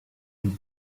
une